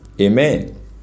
Amen